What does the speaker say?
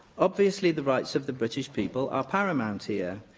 obviously, the rights of the british people are paramount here.